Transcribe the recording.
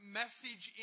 message